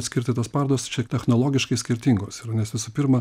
atskirti tas parodas čia technologiškai skirtingos yra nes visų pirma